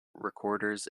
recorders